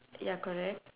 ya correct